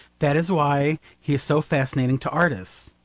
that is why he is so fascinating to artists.